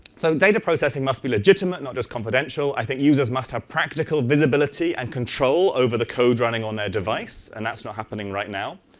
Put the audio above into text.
so data processing must be legitimate. not just confidential. i think users must have practical visibility and control over the code running on their device, and that's not happening right now.